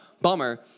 Bummer